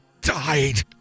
died